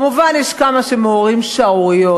כמובן יש גם כמה שמעוררים שערוריות,